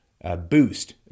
boost